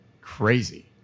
Crazy